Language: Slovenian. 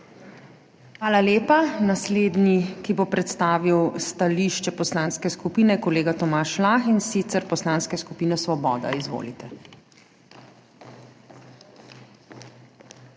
Hvala lepa. Naslednji, ki bo predstavil stališče poslanske skupine, je kolega Tomaž Lah, in sicer Poslanske skupine Svoboda. Izvolite.